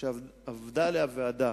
שעבדה עליה ועדה